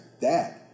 Dad